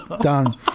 done